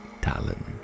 talent